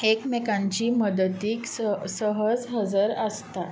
एकमेकांची मदतीक स सहज हजर आसता